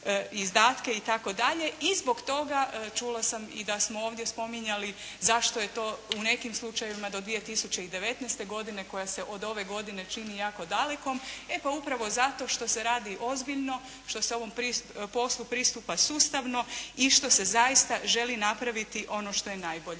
izdatke itd. i zbog toga čula sam i da smo ovdje spominjali zašto je to u nekim slučajevima do 2019. godine koja se od ove godine čini jako dalekom. E pa upravo zato što se radi ozbiljno, što se ovom poslu pristupa sustavno i što se zaista želi napraviti ono što je najbolje.